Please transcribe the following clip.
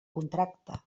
contracte